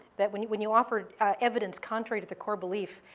that when you when you offer evidence contrary to the core belief,